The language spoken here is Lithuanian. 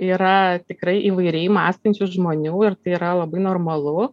yra tikrai įvairiai mąstančių žmonių ir tai yra labai normalu